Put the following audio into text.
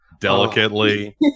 delicately